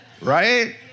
Right